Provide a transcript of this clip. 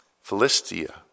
Philistia